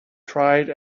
tried